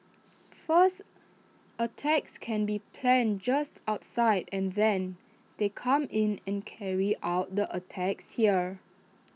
first attacks can be planned just outside and then they come in and carry out the attacks here